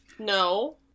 No